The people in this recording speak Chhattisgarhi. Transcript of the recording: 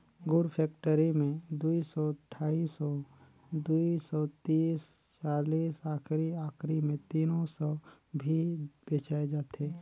गुर फेकटरी मे दुई सौ, ढाई सौ, दुई सौ तीस चालीस आखिरी आखिरी मे तीनो सौ भी बेचाय जाथे